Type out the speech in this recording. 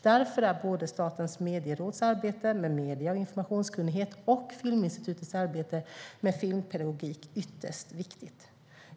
Därför är både Statens medieråds arbete med medie och informationskunnighet och Filminstitutets arbete med filmpedagogik ytterst viktigt.